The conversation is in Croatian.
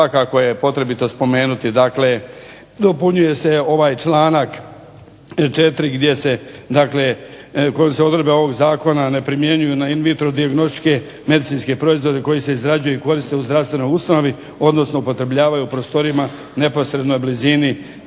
svakako je potrebito spomenuti dakle dopunjuje se ovaj članak 4. gdje se dakle, kojim se odredbe ovog zakona ne primjenjuju na …/Govornik se ne razumije./… medicinske proizvode koji se izrađuju i koriste u zdravstvenoj ustanovi, odnosno upotrebljavaju u prostorijama u neposrednoj blizini